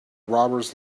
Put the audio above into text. robbers